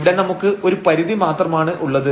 ഇവിടെ നമുക്ക് ഒരു പരിധി മാത്രമാണ് ഉള്ളത്